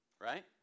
right